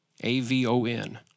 A-V-O-N